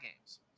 games